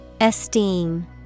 Esteem